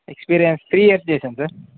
experience three years చేశాను sir